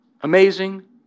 amazing